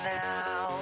now